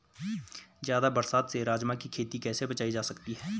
ज़्यादा बरसात से राजमा की खेती कैसी बचायी जा सकती है?